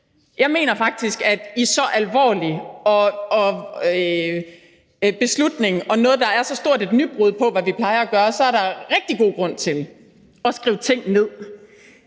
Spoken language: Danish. Jeg mener faktisk, at i så alvorlig en beslutning om noget, som er så stort et nybrud på, hvad vi plejer at gøre, er der rigtig god grund til at skrive ting ned.